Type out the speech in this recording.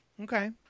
Okay